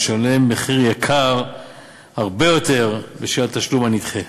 המשלם מחיר יקר הרבה יותר בשל התשלום הנדחה.